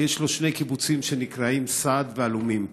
יש שם שני קיבוצים שנקראים סעד ועלומים,